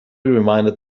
reminded